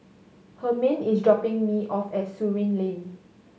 Hermann is dropping me off at Surin Lane